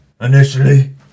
Initially